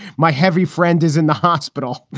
my heavy friend is in the hospital.